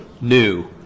new